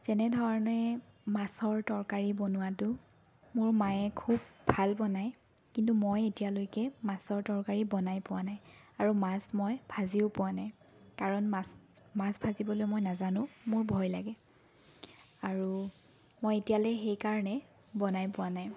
যেনেধৰণে মাছৰ তৰকাৰী বনোৱাটো মোৰ মায়ে খুব ভাল বনায় কিন্তু মই এতিয়ালৈকে মাছৰ তৰকাৰী বনাই পোৱা নাই আৰু মাছ মই ভাজিও পোৱা নাই কাৰণ মাছ মাছ ভাজিবলৈ মই নাজানোঁ মোৰ ভয় লাগে আৰু মই এতিয়ালৈ সেকাৰণে বনাই পোৱা নাই